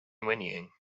whinnying